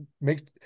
make